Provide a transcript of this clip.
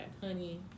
honey